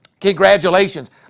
Congratulations